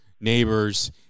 neighbors